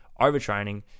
overtraining